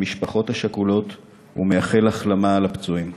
למשפחות השכולות ומאחל החלמה לפצועים.